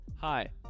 Hi